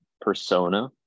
persona